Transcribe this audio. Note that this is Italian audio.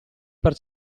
per